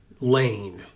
lane